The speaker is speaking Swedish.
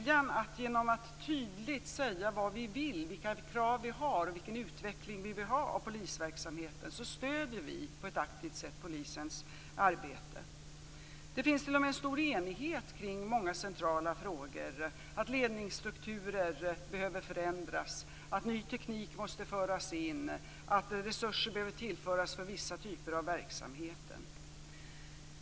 Genom att tydligt säga vilka krav vi har och vilken utveckling vi vill ha stöder vi på ett aktivt sätt polisens arbete. Det finns t.o.m. en stor enighet kring många centrala frågor, som att ledningsstrukturer behöver förändras, att ny teknik måste föras in och att resurser behöver tillföras för vissa typer av verksamhet.